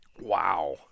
Wow